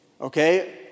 Okay